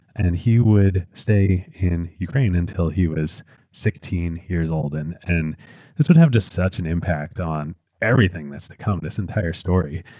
and he would stay in ukraine until he was sixteen years old. and and this would have just such an impact on everything as to come this entire story.